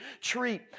treat